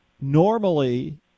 normally